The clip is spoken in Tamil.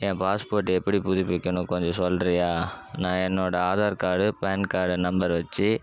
என் பாஸ்போட் எப்படி புதுப்பிக்கணும் கொஞ்சம் சொல்கிறியா நான் என்னோடய Aadhaar card PAN card number வெச்சி